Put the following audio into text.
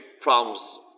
problems